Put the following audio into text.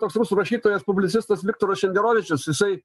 toks rusų rašytojas publicistas viktoras šenderovičius jisai